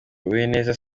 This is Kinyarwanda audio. uwineza